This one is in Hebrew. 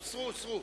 הוסרו.